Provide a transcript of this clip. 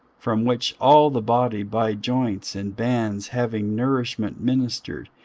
from which all the body by joints and bands having nourishment ministered,